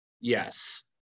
Yes